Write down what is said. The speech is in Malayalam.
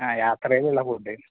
ആ യാത്രയിലുള്ള ഫുഡ്ഡ്